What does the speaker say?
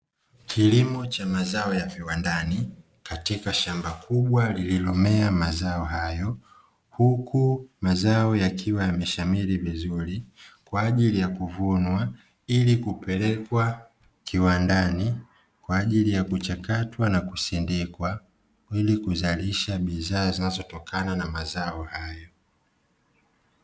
Kilimo cha mazao ya viwandani katika shamba kubwa lililomea mazao hayo, huku mazao yakiwa yameshamiri vizuri kwa ajili ya kuvunwa ili kupelekwa kiwandani kwa ajili ya kuchakatwa na kusindikwa, ili kuzalisha bidhaa zinazotokana na mazao hayo.